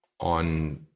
on